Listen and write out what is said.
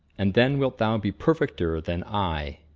and then wilt thou be perfecter than i.